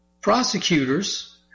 Prosecutors